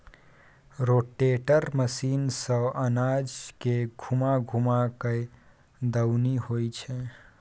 rotator machine सँ अनाज के घूमा घूमा कय दऊनी होइ छै